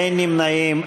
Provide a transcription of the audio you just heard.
אין נמנעים.